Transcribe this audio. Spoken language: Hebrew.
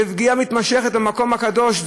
פגיעה מתמשכת במקום הקדוש,